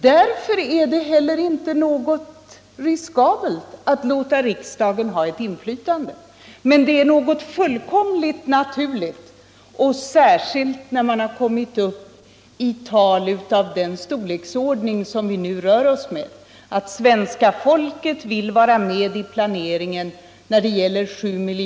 Därför är det heller inte riskabelt att låta riksdagen ha ett inflytande. Det är tvärtom fullkomligt naturligt, särskilt när vi rör oss med tal i storleksordningen 7 miljarder, att svenska folket vill vara med i planeringen.